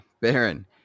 Baron